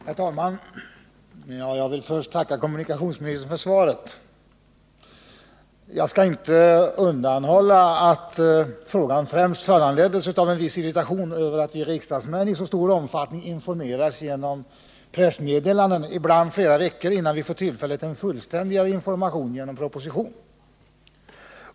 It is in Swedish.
Herr talman! Jag vill först tacka kommunikationsministern för svaret på min fråga. Jag skall inte undanhålla statsrådet att frågan främst föranleddes av en viss irritation över att vi riksdagsmän i så stor omfattning informeras genom pressmeddelanden ibland flera veckor innan vi får tillfälle till en fullständigare information genom en proposition.